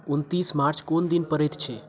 उनतीस मार्च कोन दिन पड़ैत छै